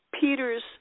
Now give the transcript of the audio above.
Peter's